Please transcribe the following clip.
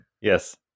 Yes